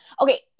okay